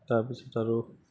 তাৰপিছত আৰু